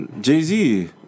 Jay-Z